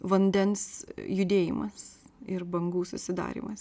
vandens judėjimas ir bangų susidarymas